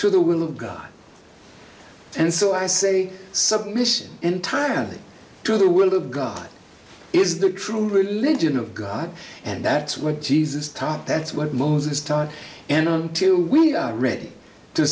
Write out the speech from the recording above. to the will of god and so i say submission entirely to the will of god is the true religion of god and that's what jesus taught that's what moses taught and until we are ready to